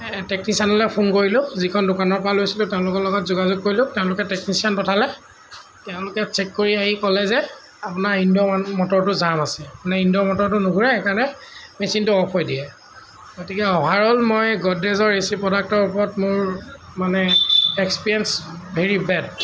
টেকনিচিয়ানলৈ phone কৰিলোঁ যিখন দোকানৰ পৰা লৈছিলোঁ তেওঁলোকৰ লগত যোগাযোগ কৰিলোঁ তেওঁলোকে টেকনিচিয়ান পঠালে তেওঁলোকে চেক কৰি আহি ক'লে যে আপোনাৰ ইনডোৰ মটৰটো মানে জাম আছে আপোনাৰ ইনডোৰ মটৰটো নুঘূৰে সেইকাৰণে মেচিনটো অফ হৈ দিয়ে গতিকে অভাৰঅল মই গডৰেজৰ এচি প্ৰডাক্টৰ ওপৰত মোৰ মানে এক্সপিৰিয়েঞ্চ ভেৰি বেড